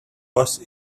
was